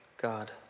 God